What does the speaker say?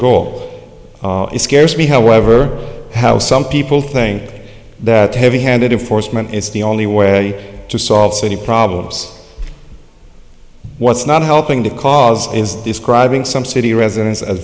goal is scarce me however how some people think that heavy handed in forstmann is the only way to solve any problems what's not helping the cause is describing some city residents